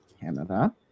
Canada